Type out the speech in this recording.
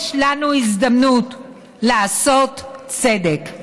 יש לנו הזדמנות לעשות צדק.